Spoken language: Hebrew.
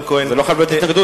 זה לא חייב להיות התנגדות,